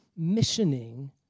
missioning